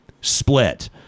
split